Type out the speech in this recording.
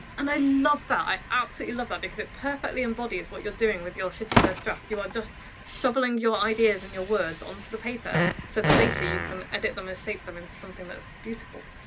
and i love that. i absolutely love that because it perfectly embodies what you're doing with your shitty first draft. you are just shoveling your ideas and your words onto the paper so that later you can edit them and shape them into something that's beautiful.